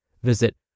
Visit